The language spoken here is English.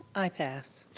i pass.